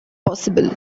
possible